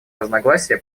разногласия